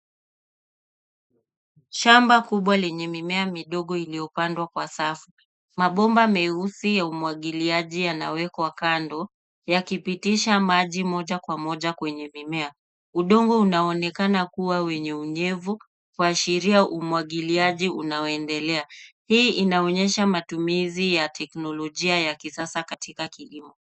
Shamba kubwa lenye mimea midogo iliyopandwa kwa safu. Mabomba meusi ya umwagiliaji yanawekwa kando, ya kipitisha maji moja kwa moja kwenye njimimea. Udongo unaonekana kuwa wenye unyevu, kwashiria umwagiliaji unaoendelea. Hii inaonyesha matumizi ya teknolojia ya kisasa katika kilimo.